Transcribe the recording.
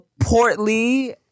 portly